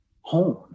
home